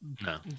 No